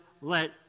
let